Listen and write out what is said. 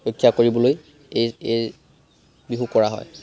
ৰক্ষা কৰিবলৈ এই এই বিহু কৰা হয়